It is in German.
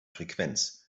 frequenz